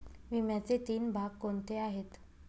विम्याचे तीन भाग कोणते आहेत?